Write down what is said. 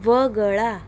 वगळा